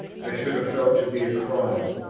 i should have felt to be a crime.